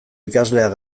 ikasleak